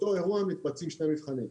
באותו אירוע מתבצעים שני מבחנים.